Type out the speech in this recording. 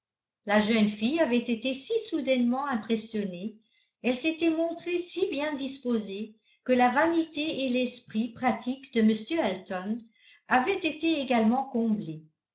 la jeune fille avait été si soudainement impressionnée elle s'était montrée si bien disposée que la vanité et l'esprit pratique de m elton avaient été également comblés